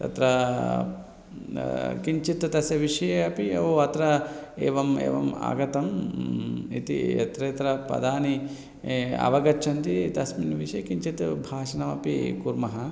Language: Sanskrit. तत्र किञ्चित् तस्य विषये अपि ओ अत्र एवम् एवम् आगतम् इति यत्र यत्र पदानि ए अवगच्छन्ति तस्मिन् विषये किञ्चित् भाषणमपि कुर्मः